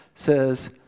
says